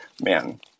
man